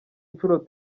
nshuro